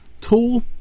Tool